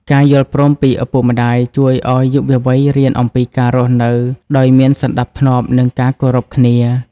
ការយល់ព្រមពីឪពុកម្ដាយជួយឱ្យយុវវ័យរៀនអំពីការរស់នៅដោយមានសណ្តាប់ធ្នាប់ និងការគោរពគ្នា។